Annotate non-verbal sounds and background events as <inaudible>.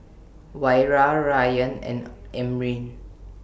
Wira Ryan and <noise> Amrin